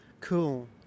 cool